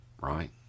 right